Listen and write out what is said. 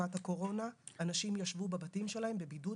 בתקופת הקורונה אנשים ישבו בבתים שלהם בבידוד,